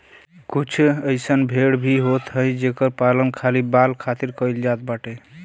कुछ अइसन भेड़ भी होत हई जेकर पालन खाली बाल खातिर कईल जात बाटे